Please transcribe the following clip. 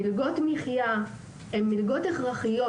מלגות מחייה הן מלגות הכרחיות.